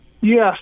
Yes